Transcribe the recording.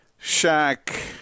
Shaq